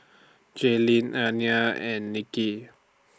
Jalyn Alaina and Nicki